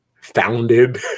founded